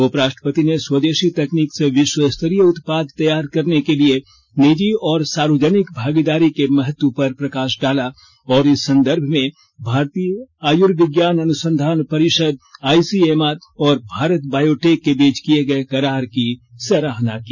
उपराष्ट्रपति ने स्वदेशी तकनीक से विश्व स्तरीय उत्पाद तैयार करने के लिए निजी और सार्वजनिक भागीदारी के महत्व पर प्रकाश डाला और इस संदर्भ में भारतीय आयुर्विज्ञान अनुसंधान परिषद आईसीएमआर और भारत बायोटेक के बीच किए गए करार की सराहना की